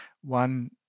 one